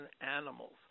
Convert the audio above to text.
animals